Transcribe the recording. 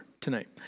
tonight